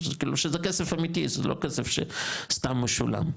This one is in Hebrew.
כאילו שזה כסף אמיתי זה לא כסף שסתם משולם,